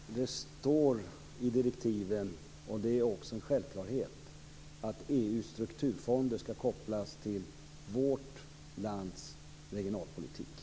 Herr talman! Det står i direktiven - och det är också en självklarhet - att EU:s strukturfonder skall kopplas till vårt lands regionalpolitik.